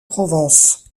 provence